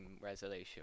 resolution